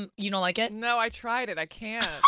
um you know like it? no, i tried it, i can't,